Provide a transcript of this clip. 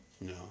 No